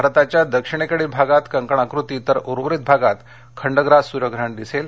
भारताच्या दक्षिणेकडील भागात कंकणाकृती तर उर्वरित भागात खंडग्रास सूर्यग्रहण दिसेल